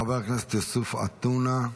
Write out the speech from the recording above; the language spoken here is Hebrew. חבר הכנסת יוסף עטאונה,